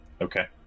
Okay